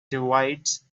divides